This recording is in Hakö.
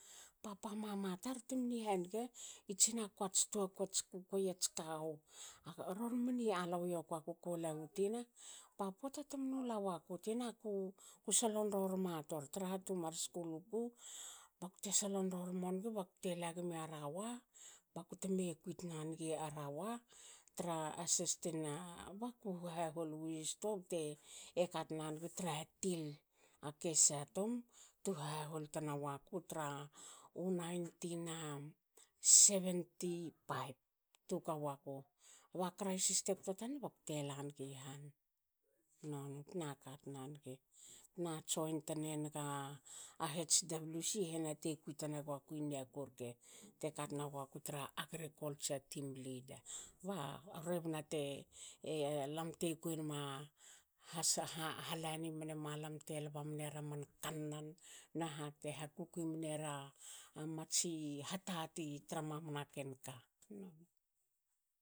Papa mama tar ti mini hange. i tsina kuats tuakuats kukuei ats kawu. Ror mini alao i yoku aku ko lawu tina. ba pota tumnu lawaku tina ku solon rorma tor traha tumar skul waku tina, bakte solon rormo nigi bakte lagmi arawa, bakute me kui tna nigi arawa tra assistan baku hah hahol wi stoa bte katna nigi tra til. A cashier tum tu ha- hahol tna waku tra nineteen seventy five tuka waku ba crisis te kto tanna bakte la nigi han. Noni btna kat nan nigi btna join tne naga hwc hena te kui tna guaku i niaku rke teka tna guaku tra agrikaltsa team lida. ba rebna te lamte kui nama lanin mne malam te lba mnera man kannan. haha te ha kukui mnera amatsi hatati tra mamana ken ka. noni.